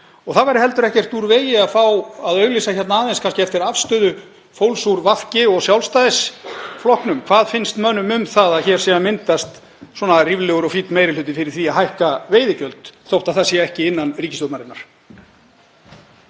Það væri heldur ekkert úr vegi að fá að auglýsa aðeins eftir afstöðu fólks úr VG og Sjálfstæðisflokknum. Hvað finnst mönnum um að hér sé að myndast svona ríflegur og fínn þingmeirihluti fyrir því að hækka veiðigjöld þótt það sé ekki innan ríkisstjórnarinnar?